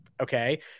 okay